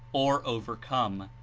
or overcome.